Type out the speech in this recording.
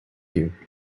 you